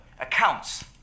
accounts